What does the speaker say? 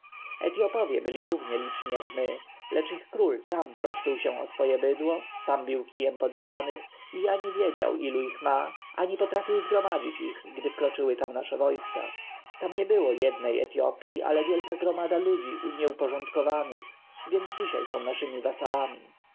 sąsiadami etjopowie byli równie liczni jak my lecz ich król sam troszczył się o swoje bydło sam bił kijem poddanych i ani wiedział ilu ich ma ani potrafił zgromadzić ich gdy wkroczyły nasze wojska tam nie było jednej etjopji ale wielka gromada ludzi nieuporządkowanych więc dzisiaj są naszymi wasalami